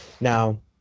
Now